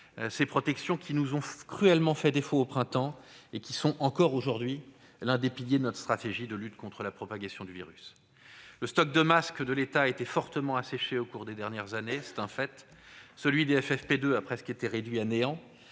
Ces protections, qui ont fait cruellement défaut au printemps, sont toujours aujourd'hui l'un des piliers de notre stratégie de lutte contre la propagation du virus. Le stock de masques de l'État a été fortement asséché au cours des dernières années, celui des FFP2 a presque été réduit à néant